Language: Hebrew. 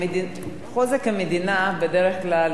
חוזק המדינה בדרך כלל,